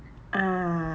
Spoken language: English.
ah